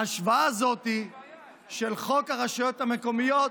ההשוואה הזאת של חוק הרשויות המקומיות